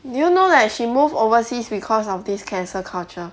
do you know that she move overseas because of this cancel culture